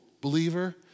believer